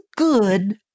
good